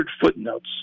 footnotes